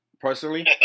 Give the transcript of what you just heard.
personally